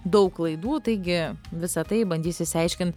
daug klaidų taigi visa tai bandys išsiaiškint